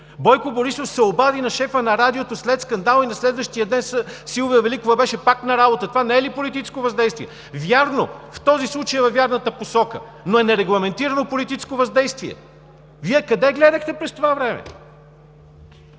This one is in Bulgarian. Бойко Борисов се обади на шефа на Радиото след скандала и на следващия ден Силвия Великова беше пак на работа. Това не е ли политическо въздействие?! Вярно, в този случай във вярната посока, но е нерегламентирано политическо въздействие. Вие къде гледахте през това време?!